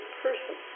person